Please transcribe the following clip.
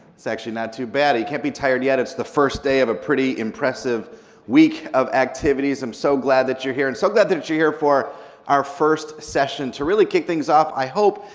it's actually not too bad. you can't be tired yet, it's the first day of a pretty impressive week of activities. i'm so glad that you're here and so glad that you're here for our first session. to really kick things off, i hope,